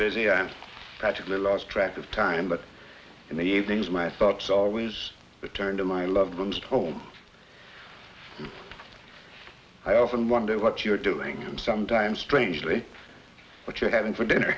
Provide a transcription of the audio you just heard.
busy and tragically lost track of time but in the evenings my thoughts always return to my loved ones home i often wonder what you're doing sometimes strangely what you're having for dinner